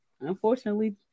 unfortunately